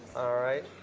alright.